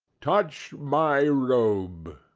touch my robe!